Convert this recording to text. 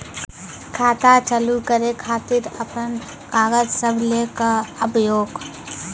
खाता चालू करै खातिर आपन कागज सब लै कऽ आबयोक?